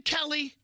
Kelly